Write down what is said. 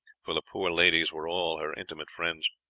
for the poor ladies were all her intimate friends.